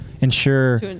ensure